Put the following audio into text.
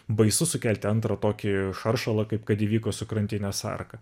baisu sukelti antrą tokį šaršalą kaip kad įvyko su krantinės arka